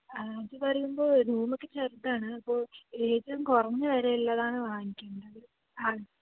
ആ അത് പറയുമ്പോൾ റൂമൊക്കെ ചെറുതാണ് അപ്പോൾ ഏറ്റവും കുറഞ്ഞ വിലയുള്ളതാണ് വാങ്ങിക്കേണ്ടത് ആ